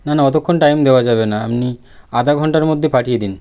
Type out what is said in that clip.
না না অতক্ষণ টাইম দেওয়া যাবে না আপনি আধা ঘণ্টার মধ্যে পাঠিয়ে দিন